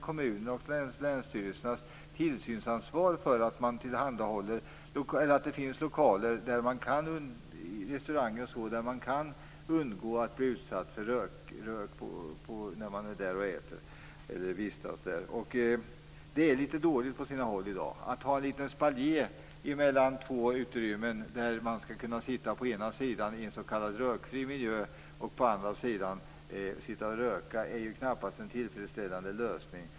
Kommunerna och länsstyrelserna har tillsynsansvar över att det finns lokaler där man kan undgå att bli utsatt för rök medan man är där och äter. Det är litet dåligt på sina håll i dag. Att ha en liten spaljé mellan två utrymmen, så att man på ena sidan skall kunna sitta i en s.k. rökfri miljö och på andra sidan kunna sitta och röka är ju knappast en tillfredsställande lösning.